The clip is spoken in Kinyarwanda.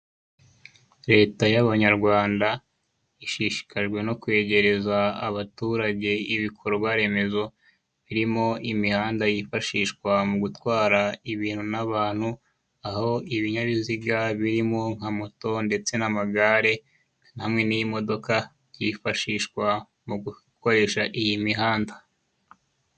Leta yaba nyarwanda ishishikajwe no kwegereza abaturage ibikorwa remezo, birimo imihanda yifashishwa mugutwara ibintu n'abantu, aho ibinyabiziga birimo nka moto ndetse n'amagare hamwe n'imodoka byifashishwa mugukoresha iyi mihanda.